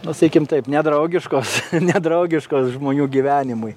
na sakykim taip nedraugiškos nedraugiškos žmonių gyvenimui